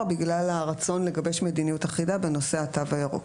בגלל הרצון לגבש מדיניות אחידה בנושא התו הירוק.